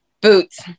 Boots